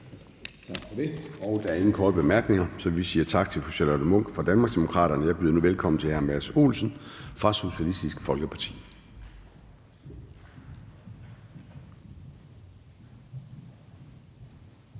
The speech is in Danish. Tak for det. Der er ingen korte bemærkninger, så vi siger tak til fru Charlotte Munch fra Danmarksdemokraterne. Jeg byder nu velkommen til hr. Mads Olsen fra Socialistisk Folkeparti.